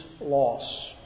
loss